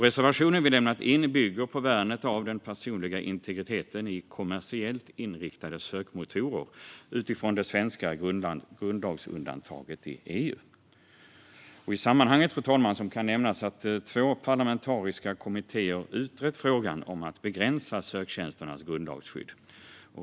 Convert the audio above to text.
Reservationen vi lämnat in bygger på värnet av den personliga integriteten i kommersiellt inriktade sökmotorer utifrån det svenska grundlagsundantaget i EU. I sammanhanget, fru talman, kan nämnas att två parlamentariska kommittéer har utrett frågan om att begränsa söktjänsternas grundlagsskydd.